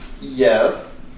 Yes